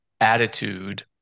attitude